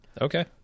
Okay